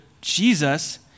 Jesus